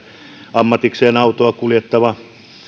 ammatikseen autoa kuljettava